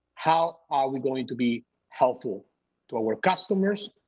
how are we going to be helpful to our customers,